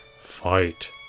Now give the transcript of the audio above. fight